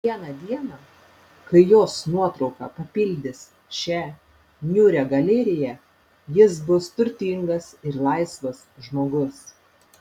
vieną dieną kai jos nuotrauka papildys šią niūrią galeriją jis bus turtingas ir laisvas žmogus